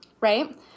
right